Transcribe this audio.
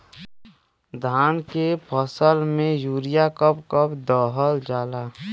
धान के फसल में यूरिया कब कब दहल जाला?